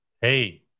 Hey